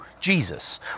Jesus